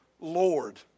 Lord